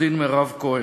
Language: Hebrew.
עורכת-דין מירב כהן.